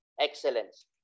excellence